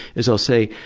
is i'll say,